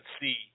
see